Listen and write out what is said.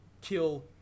kill